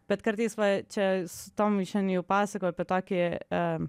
bet kartais va čia su tomu šiandien jau pasakojau apie tokį